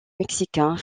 mexicain